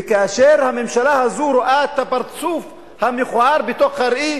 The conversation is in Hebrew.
וכאשר הממשלה הזו רואה את הפרצוף המכוער בתוך הראי